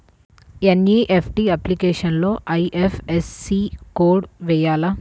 NEFT అప్లికేషన్లో IFSC code వేయాలా?